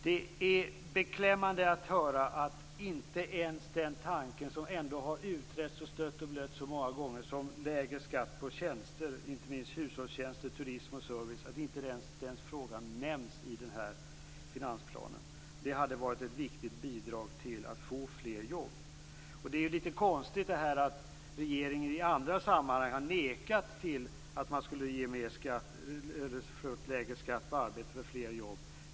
Det är beklämmande att höra att den tanke och den fråga som har utretts, stötts och blötts så många gånger som den om lägre skatt på tjänster, inte minst hushållstjänster, turism och service, inte ens nämns i finansplanen. Det hade varit ett viktigt bidrag till att få fler jobb. Det är litet konstigt att regeringen i andra sammanhang har nekat till att lägre skatt på arbete skulle ge fler jobb.